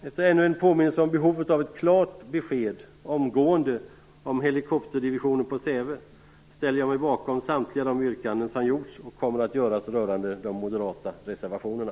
Efter ännu en påminnelse om behovet av ett klart besked omgående om helikopterdivisionen på Säve ställer jag mig bakom samtliga de yrkanden som gjorts och kommer att göras rörande de moderata reservationerna.